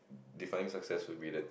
defying success will be the